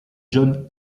john